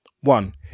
One